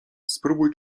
spróbuj